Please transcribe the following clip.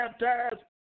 baptized